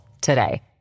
today